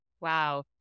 Wow